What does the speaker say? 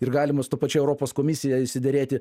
ir galima su ta pačia europos komisija išsiderėti